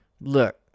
look